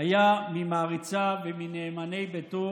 היה ממעריציו ומנאמני ביתו